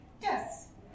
Yes